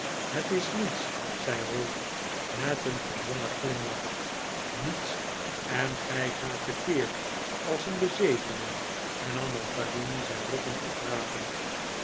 het is niets zei ralph met een gedwongen glimlach niets en gij gaat te keer als een bezetene hernam mantalini zijn rotting oprapend